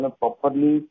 properly